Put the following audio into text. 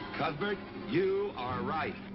cuthbert, you are right.